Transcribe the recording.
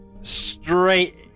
straight